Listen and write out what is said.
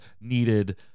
needed